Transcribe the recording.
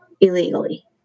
illegally